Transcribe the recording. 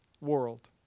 world